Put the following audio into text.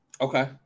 Okay